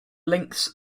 links